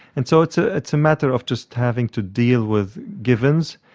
and so it's ah it's a matter of just having to deal with givens.